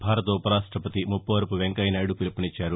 భారత ఉపరాష్టపతి ముప్పవరపు వెంకయ్య నాయుడు పిలుపునిచ్చారు